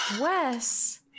Wes